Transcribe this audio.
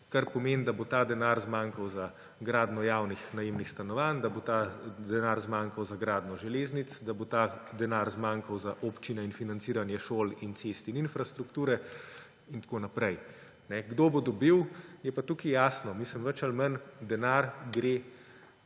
kar pomeni, da bo ta denar zmanjkal za gradnjo javnih najemnih stanovanj, da bo ta denar zmanjkal za gradnjo železnic, da bo ta denar zmanjkal za občine in financiranje šol in cest in infrastrukture in tako naprej. Kdo bo dobil, je pa tukaj jasno. Bolj ali manj gre